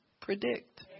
predict